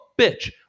bitch